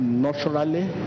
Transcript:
Naturally